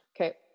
Okay